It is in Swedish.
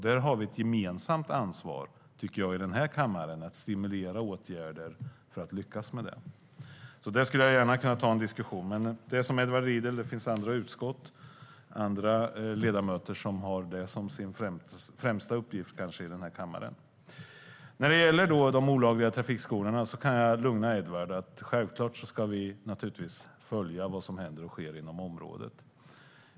Där har vi ett gemensamt ansvar i den här kammaren att stimulera åtgärder för att lyckas med det. Det skulle jag gärna ta en diskussion om, men jag säger som Edward Riedl: Det finns andra utskott och andra ledamöter som har det som sin främsta uppgift i denna kammare. När det gäller de olagliga trafikskolorna kan jag lugna Edward Riedl. Självklart ska vi följa vad som händer och sker inom området.